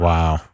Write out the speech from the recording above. Wow